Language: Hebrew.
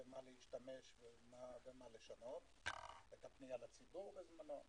במה להשתמש ומה לשנות היתה פנייה לציבור בזמנו,